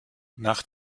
nach